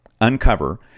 uncover